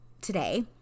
today